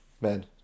Man